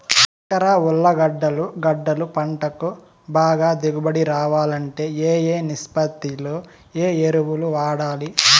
ఎకరా ఉర్లగడ్డలు గడ్డలు పంటకు బాగా దిగుబడి రావాలంటే ఏ ఏ నిష్పత్తిలో ఏ ఎరువులు వాడాలి?